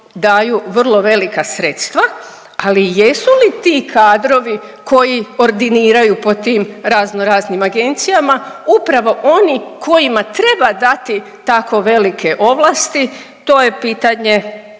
daju vrlo velika sredstva, ali jesu li ti kadrovi koji ordiniraju po tim razno raznim agencijama upravo oni kojima treba dati tako velike ovlasti, to je pitanje